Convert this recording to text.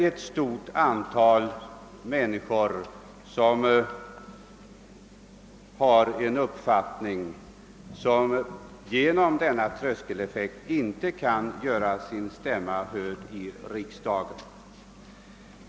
En stor grupp människor kan genom denna tröskeleffekt komma att uteslutas från att göra sin stämma hörd i riksdagen.